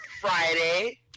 Friday